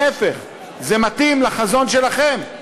להפך, זה מתאים לחזון שלכם.